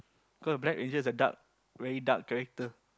cause the black angel is a dark very dark character